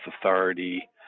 Authority